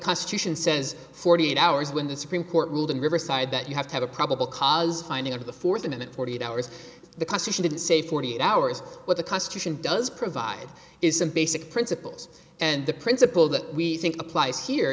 constitution says forty eight hours when the supreme court ruled in riverside that you have to have a probable cause finding over the fourth minute forty eight hours the question didn't say forty eight hours what the constitution does provide is some basic principles and the principle that we think applies here